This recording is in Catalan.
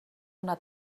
una